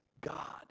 God